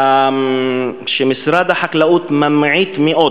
משרד החקלאות ממעיט מאוד